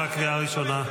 כן,